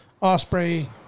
Osprey